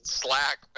slack